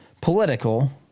Political